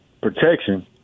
protection